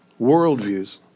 worldviews